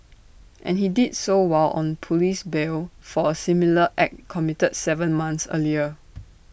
and he did so while on Police bail for A similar act committed Seven months earlier